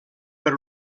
per